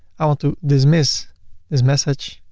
i want to dismiss this message.